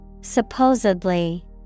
Supposedly